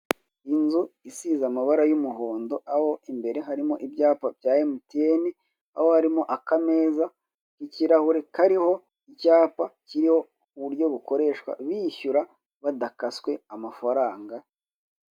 Inzu isize amabara y'umuhondo, aho imbere harimo ibyapa bya MTN, aho harimo akameza k'ikirahure kariho icyapa kiriho uburyo bukoreshwa bishyura badakaswe amafaranga.